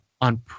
on